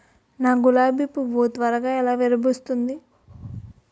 నా గులాబి పువ్వు ను త్వరగా ఎలా విరభుస్తుంది?